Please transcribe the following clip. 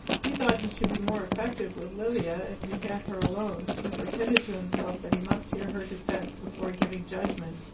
he thought he should be more effective with lilia if he had her alone, and pretended to himself that he must hear her defence before giving judgment.